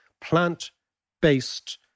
plant-based